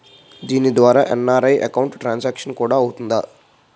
దీని ద్వారా NRI account transaction కూడా అవుతుందా?